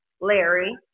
Larry